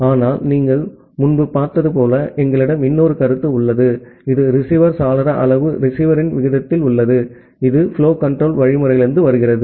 ஆனால் நீங்கள் முன்பு பார்த்தது போல எங்களிடம் இன்னொரு கருத்து உள்ளது இது ரிசீவர் சாளர அளவு ரிசீவரின் விகிதத்தில் உள்ளது இது புலோ கன்ட்ரோல் புரோட்டோகால்யிலிருந்து வருகிறது